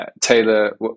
taylor